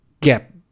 get